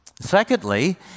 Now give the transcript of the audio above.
Secondly